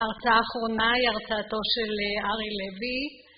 ההרצאה האחרונה היא הרצאתו של אריה לוי